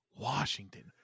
Washington